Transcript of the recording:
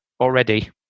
already